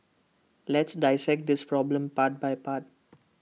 let's dissect this problem part by part